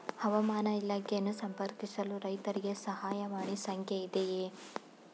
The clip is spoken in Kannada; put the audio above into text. ಹವಾಮಾನ ಇಲಾಖೆಯನ್ನು ಸಂಪರ್ಕಿಸಲು ರೈತರಿಗೆ ಸಹಾಯವಾಣಿ ಸಂಖ್ಯೆ ಇದೆಯೇ?